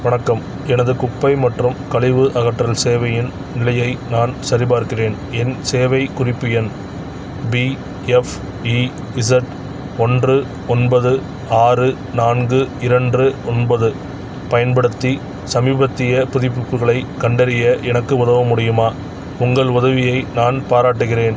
வணக்கம் எனது குப்பை மற்றும் கழிவு அகற்றல் சேவையின் நிலையை நான் சரிபார்க்கிறேன் என் சேவை குறிப்பு எண் பிஎஃப்இஇஸெட் ஒன்று ஒன்பது ஆறு நான்கு இரண்று ஒன்பது பயன்படுத்தி சமீபத்திய புதுப்பிப்புகளைக் கண்டறிய எனக்கு உதவ முடியுமா உங்கள் உதவியை நான் பாராட்டுகிறேன்